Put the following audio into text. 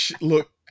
look